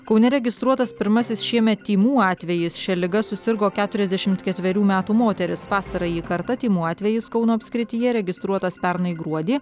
kaune registruotas pirmasis šiemet tymų atvejis šia liga susirgo keturiasdešimt ketverių metų moteris pastarąjį kartą tymų atvejis kauno apskrityje registruotas pernai gruodį